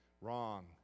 Wrong